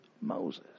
Moses